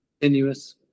continuous